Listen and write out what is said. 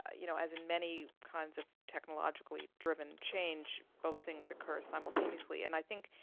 you know as in many kinds of technologically-driven change, both things occur simultaneously. and i think,